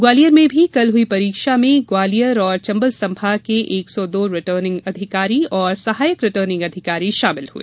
ग्वालियर में भी कल हुई परीक्षा में ग्वालियर और चंबल संभाग के एक सौ दो रिटर्निंग अधिकारी और सहायक रिटर्निंग अधिकारी शामिल हुए